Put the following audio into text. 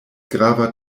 grava